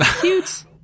Cute